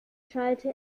schallte